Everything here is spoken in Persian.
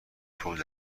پول